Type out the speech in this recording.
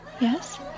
yes